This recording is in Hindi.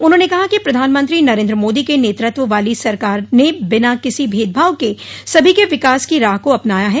उन्होंने कहा कि प्रधानमंत्री नरेन्द्र मोदी के नेतृत्व वाली सरकार ने बिना किसी भेदभाव के सभी के विकास की राह को अपनाया है